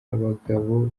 abagabo